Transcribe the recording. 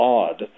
odd